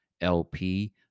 LP